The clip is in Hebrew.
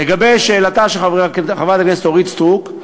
לגבי שאלתה של חברת הכנסת אורית סטרוק: